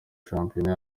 shampiyona